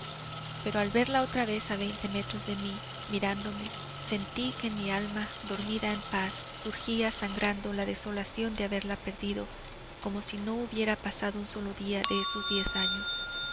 pero al verla otra vez a veinte metros de mí mirándome sentí que en mi alma dormida en paz surgía sangrando la desolación de haberla perdido como si no hubiera pasado un solo día de esos diez años